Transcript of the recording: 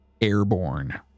airborne